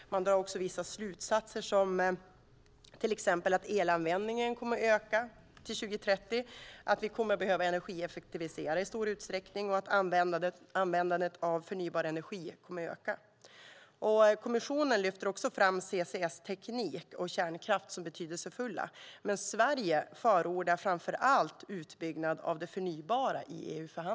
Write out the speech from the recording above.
Man drar också vissa slutsatser, till exempel att elanvändningen kommer att öka fram till 2030, att vi kommer att behöva energieffektivisera i stor utsträckning och att användandet av förnybar energi kommer att öka. Kommissionen lyfter också fram CCS-teknik och kärnkraft som betydelsefulla. Men Sverige förordar i EU-förhandlingarna framför allt utbyggnad av det förnybara.